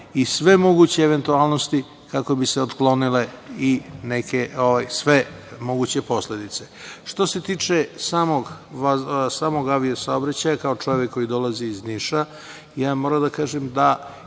i sve moguće eventualnosti kako bi se otklonile i neke sve moguće posledice. Što se tiče samog avio-saobraćaja, kao čovek koji dolazi iz Niša, moram da kažem da